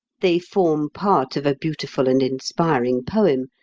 they form part of a beautiful and inspiring poem,